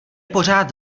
pořád